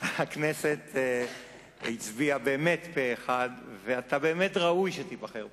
הכנסת הצביעה פה-אחד ואתה באמת ראוי שתיבחר פה-אחד.